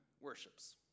worships